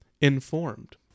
Informed